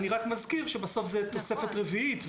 אני רק מזכיר שבסוף זאת תוספת רביעית,